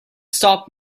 stop